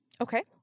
okay